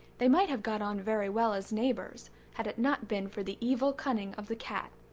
they might have got on very well as neighbours had it not been for the evil cunning of the cat.